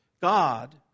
God